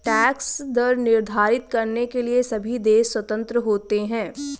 tax दर निर्धारित करने के लिए सभी देश स्वतंत्र होते है